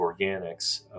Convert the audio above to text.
organics